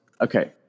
Okay